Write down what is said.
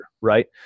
Right